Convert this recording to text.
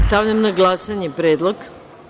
Stavljam na glasanje predlog.